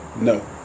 No